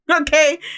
Okay